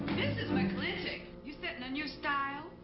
mrs. mclintock, you setting a new style?